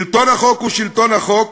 שלטון החוק הוא שלטון החוק,